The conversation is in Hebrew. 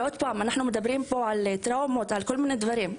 אנחנו מדברים פה על טראומות ועל כל מיני דברים.